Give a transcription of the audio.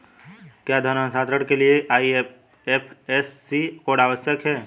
क्या धन हस्तांतरण के लिए आई.एफ.एस.सी कोड आवश्यक है?